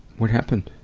what happened?